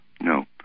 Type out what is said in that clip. no